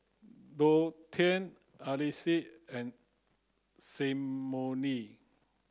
Dontae Alease and Symone